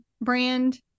brand